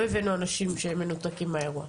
לא הבאנו אנשים שהם מנותקים מהאירוע.